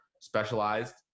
specialized